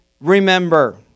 remember